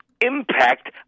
impact